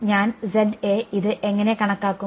ഞാൻ ഇത് എങ്ങനെ കണക്കാക്കും